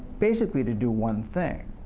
basically to do one thing.